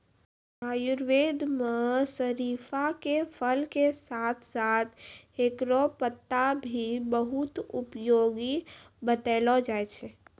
आयुर्वेद मं शरीफा के फल के साथं साथं हेकरो पत्ता भी बहुत उपयोगी बतैलो जाय छै